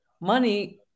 money